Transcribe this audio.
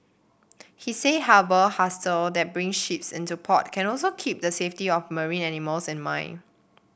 he said harbour hostel that bring ships into port can also keep the safety of marine animals in mind